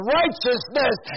righteousness